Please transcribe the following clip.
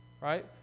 right